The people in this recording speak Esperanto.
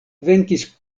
venkis